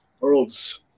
World's